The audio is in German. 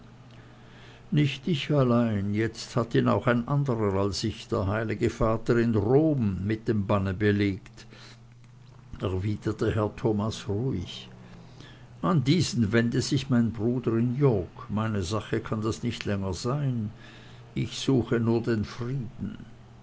nicht ich allein jetzt hat ihn auch ein anderer als ich der heilige vater in rom mit dem banne belegt erwiderte herr thomas ruhig an diesen wende sich mein bruder in york meine sache kann das nicht länger sein ich suche nur den frieden